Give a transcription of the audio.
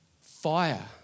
Fire